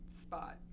spot